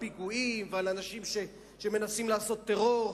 פיגועים ועל אנשים שמנסים לעשות טרור.